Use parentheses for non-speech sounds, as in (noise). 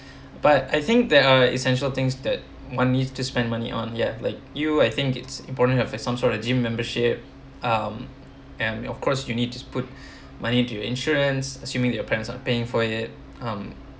but I think there are essential things that one need to spend money on ya like you I think it's important to have some sort of a gym membership um and of course you need to put (breath) money into your insurance assuming that your parents aren't paying for it um